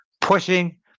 pushing